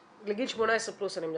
לגיל 18 פלוס אני מדברת,